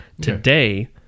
Today